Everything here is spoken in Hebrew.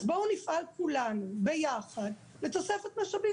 אז בואו נפעל כולנו ביחד לתוספת משאבים